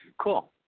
Cool